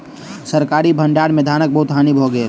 सरकारी भण्डार में धानक बहुत हानि भ गेल